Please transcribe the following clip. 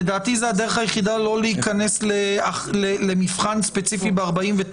לדעתי זאת הדרך היחידה לא להיכנס למבחן ספציפי ב-49,